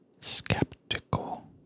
skeptical